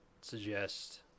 suggest